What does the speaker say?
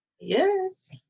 Yes